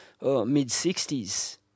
mid-60s